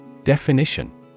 Definition